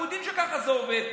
אנחנו יודעים שככה זה עובד.